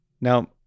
Now